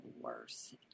worse